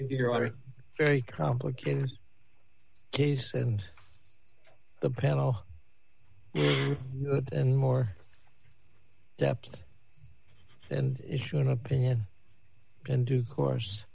honor very complicated case and the panel and more depth and issue an opinion and due course